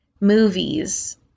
movies